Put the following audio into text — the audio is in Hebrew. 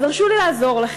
אז הרשו לי לעזור לכם: